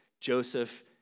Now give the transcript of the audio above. Joseph